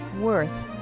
Worth